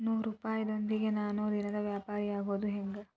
ನೂರುಪಾಯದೊಂದಿಗೆ ನಾನು ದಿನದ ವ್ಯಾಪಾರಿಯಾಗೊದ ಹೆಂಗ?